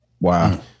Wow